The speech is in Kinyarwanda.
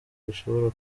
rishobora